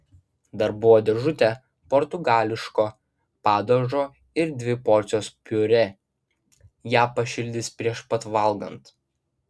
dar buvo dėžutė portugališko padažo ir dvi porcijos piurė ją pašildys prieš pat valgant